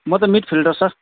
म त midfielder sir